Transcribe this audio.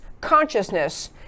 consciousness